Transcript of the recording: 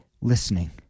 listening